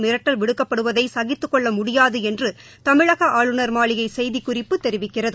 மிரட்டல் விடுக்கப்படுவதை சகித்துக் கொள்ள முடியாது என்று தமிழக ஆளுநர் மாளிகை செய்திக்குறிப்பு தெரிவிக்கிறது